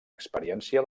experiència